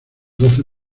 doce